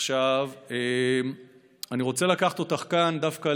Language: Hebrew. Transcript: עכשיו אני רוצה לקחת אותך כאן דווקא,